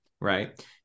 Right